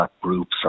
groups